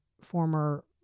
former